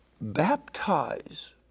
Baptize